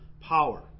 power